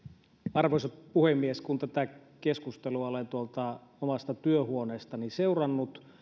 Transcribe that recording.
arvoisa puhemies kun tätä keskustelua olen tuolta omasta työhuoneestani seurannut